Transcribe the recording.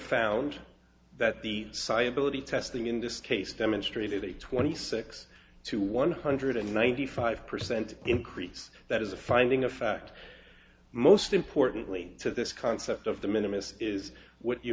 found that the sigh ability testing in this case demonstrated a twenty six to one hundred and ninety five percent increase that is a finding of fact most importantly to this concept of the minimum is what you